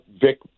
Vic